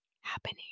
happening